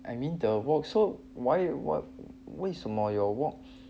I mean the wok so why why 为什么 your wok